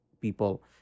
people